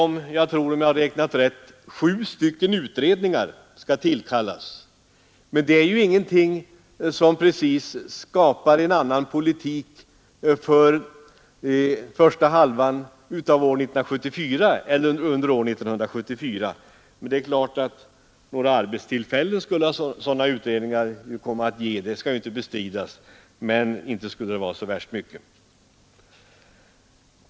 Man har vidare, om jag räknat rätt, begärt att sju utredningar skall tillkallas. Detta är inte precis något som skapar en annan politik under år 1974. Det skall inte bestridas att sådana utredningar skulle komma att ge några arbetstillfällen, men de skulle inte bli så särskilt många!